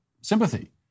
sympathy